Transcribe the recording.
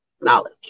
knowledge